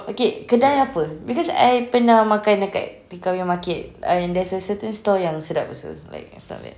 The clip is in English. okay kedai apa because I pernah makan dekat tekka punya market and there's a certain stall yang sedap also like it's not bad